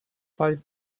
five